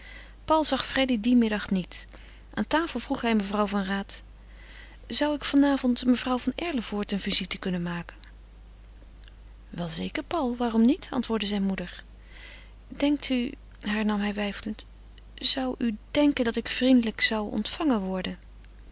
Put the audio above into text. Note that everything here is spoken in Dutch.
paul zag freddy dien middag niet aan tafel vroeg hij mevrouw van raat zou ik van avond mevrouw van erlevoort een visite kunnen maken wel zeker paul waarom niet antwoordde zijne moeder denkt u hernam hij weifelend zou u denken dat ik vriendelijk zou ontvangen worden